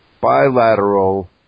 Bilateral